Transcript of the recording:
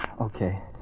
Okay